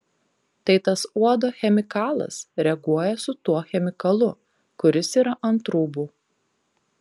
tai tas uodo chemikalas reaguoja su tuo chemikalu kuris yra ant rūbų